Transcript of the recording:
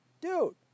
dude